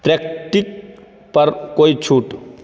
pectic पर कोई छूट